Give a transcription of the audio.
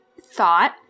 thought